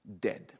dead